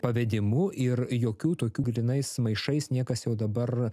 pavedimu ir jokių tokių grynais maišais niekas jau dabar